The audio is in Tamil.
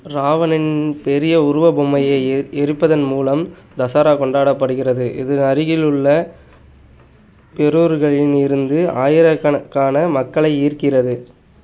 ராவணனின் பெரிய உருவ பொம்மையை எரி எரிப்பதன் மூலம் தசரா கொண்டாடப்படுகிறது இது அருகிலுள்ள பெரூர்களில் இருந்து ஆயிரக்கணக்கான மக்களை ஈர்க்கிறது